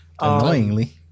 Annoyingly